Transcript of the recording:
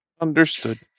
understood